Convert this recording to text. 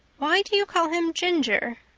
why do you call him ginger?